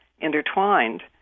intertwined